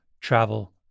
travel